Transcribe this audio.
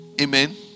Amen